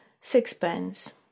sixpence